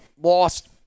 lost